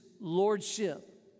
lordship